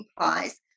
implies